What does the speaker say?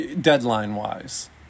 deadline-wise